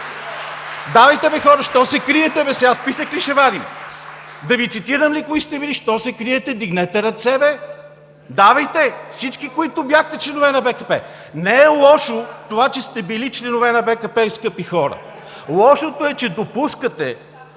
Давайте бе, хора, защо се криете? Сега списък ли ще вадим? Да Ви цитирам ли кои сте били? Защо се криете? Вдигнете ръце, бе! Давайте! Всички, които бяхте членове на БКП. Не е лошо това, че сте били членове на БКП и скъпи хора. Лошото е, че допускате